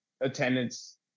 attendance